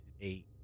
eight